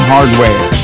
Hardware